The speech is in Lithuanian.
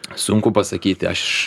sunku pasakyti aš